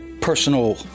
personal